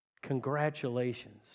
congratulations